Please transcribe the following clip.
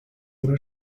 oder